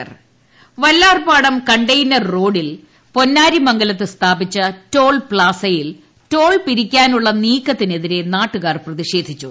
toll plaza Vallarpadam container റോസിൽ പൊന്നാരിമംഗലത്ത് സ്ഥാപിച്ച ടോൾ പ്താസയിൽ ടോൾ പീരിക്കാനുള്ള നീക്കത്തിനെതിരെ നാട്ടുകാർ സർവീസ് പ്രതിഷേധിച്ചു